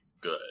good